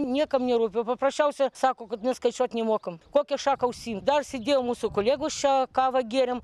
niekam nerūpi paprasčiausia sako kad net skaičiuot nemokam kokią šaką užsiimt dar sėdėjo mūsų kolegos čia kavą gėrėm